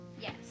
yes